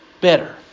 better